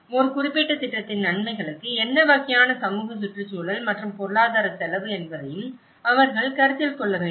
ஒரு குறிப்பிட்ட திட்டத்தின் நன்மைகளுக்கு என்ன வகையான சமூக சுற்றுச்சூழல் மற்றும் பொருளாதார செலவு என்பதையும் அவர்கள் கருத்தில் கொள்ள வேண்டும்